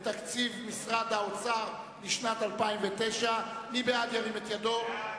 קבוצת מרצ: מי בעד, ירים את ידו.